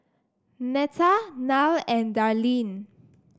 Netta Nile and Darlyne